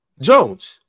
Jones